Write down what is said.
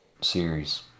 series